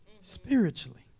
spiritually